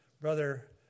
Brother